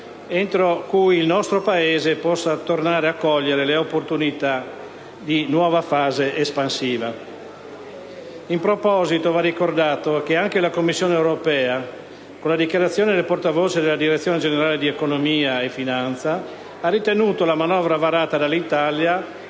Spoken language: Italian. entro cui il nostro Paese possa tornare a cogliere le opportunità di una nuova fase espansiva. In proposito, va ricordato che anche la Commissione europea, con la dichiarazione del portavoce della Direzione generale di economia e finanza, ha ritenuto la manovra varata dall'Italia